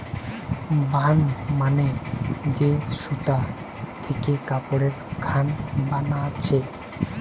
burn মানে যে সুতা থিকে কাপড়ের খান বানাচ্ছে